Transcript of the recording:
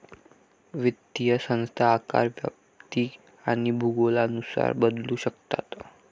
वित्तीय संस्था आकार, व्याप्ती आणि भूगोलानुसार बदलू शकतात